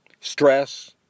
stress